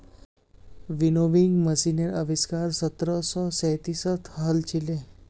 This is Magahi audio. विनोविंग मशीनेर आविष्कार सत्रह सौ सैंतीसत हल छिले